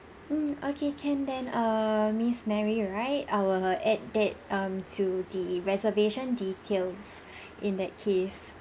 mm okay can then err miss mary right I will add that um to the reservation details in that case